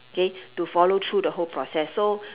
okay to follow through the whole process so